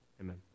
Amen